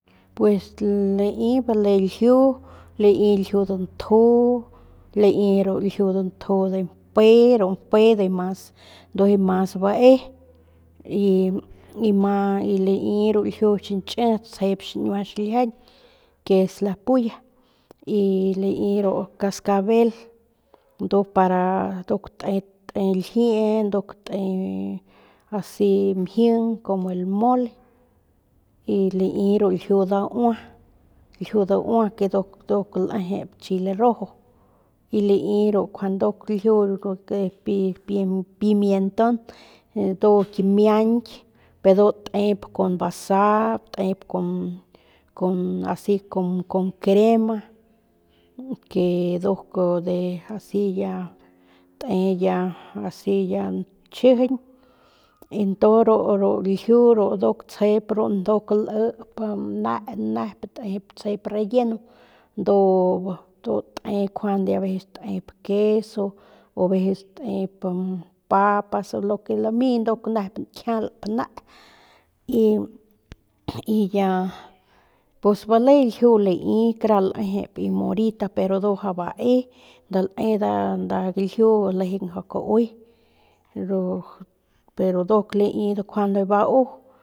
Pues lai bale ljiu lae ru ljiu dantju lae ru ljiu danju de mpe ndujuy ru mas mas bae y ma lae ru ljiu xiñchit tsjep xiñiua xiljiañ que es la pulla y lai ru cascabel nduk para te ljiee nduk te asi mjing como el mole y lai ru lju daua lju daua nduk lejep chile rojo y lai nduk lju ru pi pi pimienton ndu ki miañki ndu tep con basa tep asi con con con crema que nduk asi ya asi ya asi ya chjijiñ y tu ya ru ljiu ru nduk tsjep ru ljiu nduk lip nep nne nduk tsjep chile relleno ndu aveces tep queso o veces papas o lo que lami nduk nep nkjialp nney y ya pus bale lju lai kara lejep mimorita pero ndu mjau bae nda lae nda galjiu ndu lejeng mjau kaue pero ru nduk lae ndu njuande bau.